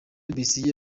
besigye